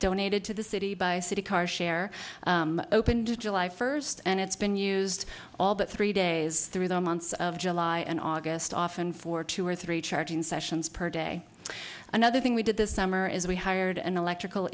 donated to the city by city car share opened july first and it's been used all but three days through the months of july and august often for two or three charging sessions per day another thing we did this summer is we hired an electrical